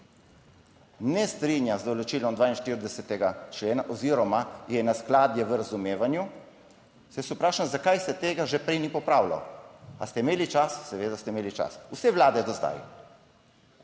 ne strinja z določilom 42. člena oziroma je neskladje v razumevanju, se jaz vprašam, zakaj se tega že prej ni popravilo. A ste imeli čas? Seveda ste imeli čas, vse vlade do zdaj.